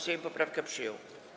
Sejm poprawkę przyjął.